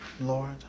Lord